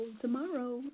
tomorrow